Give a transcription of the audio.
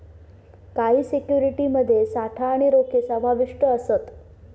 काही सिक्युरिटीज मध्ये साठा आणि रोखे समाविष्ट असत